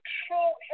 true